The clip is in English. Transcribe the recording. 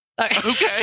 okay